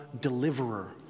deliverer